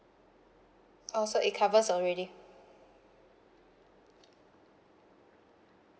oh so it covers already